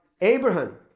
Abraham